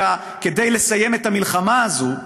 שכדי לסיים את המלחמה הזאת,